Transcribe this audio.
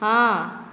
ହଁ